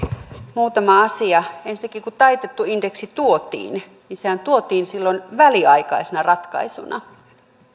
muutama asia ensinnäkin kun taitettu indeksi tuotiin niin sehän tuotiin silloin väliaikaisena ratkaisuna